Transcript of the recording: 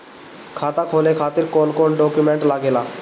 खाता खोले खातिर कौन कौन डॉक्यूमेंट लागेला?